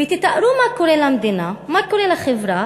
ותתארו, מה קורה למדינה, מה קורה לחברה,